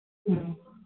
ꯎꯝ